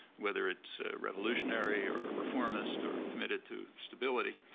whether it's revolutionary, or reformist, or committed to stability,